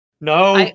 no